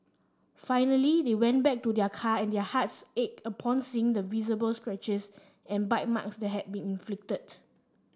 finally they went back to their car and their hearts ached upon seeing the visible scratches and bite marks that had been inflicted